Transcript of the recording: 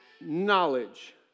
knowledge